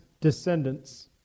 descendants